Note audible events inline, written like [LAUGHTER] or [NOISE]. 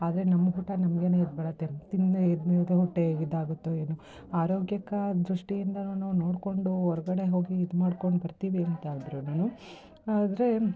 ಆದರೆ ನಮ್ಮ ಊಟ ನಮಗೇನೆ ಇದ್ಬಿಡುತ್ತೆ ತಿನ್ನದೇ [UNINTELLIGIBLE] ಹೊಟ್ಟೆಗೆ ಇದಾಗುತ್ತೋ ಏನೋ ಆರೋಗ್ಯಕ್ಕೆ ದೃಷ್ಟಿಯಿಂದಲೂ ನೋಡಿಕೊಂಡು ಹೊರಗಡೆ ಹೋಗಿ ಇದು ಮಾಡ್ಕೊಂಡು ಬರ್ತೀವಿ ಅಂತಾದ್ರೂ ಆದರೆ